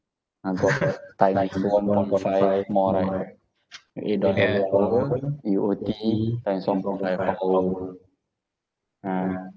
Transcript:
ah got times one point five more right eight dollar per hour you O_T times one point five per hour ah